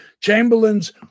Chamberlain's